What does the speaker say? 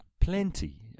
plenty